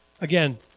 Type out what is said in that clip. Again